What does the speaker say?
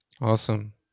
awesome